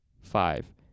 five